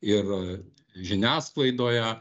ir žiniasklaidoje